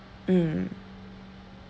mm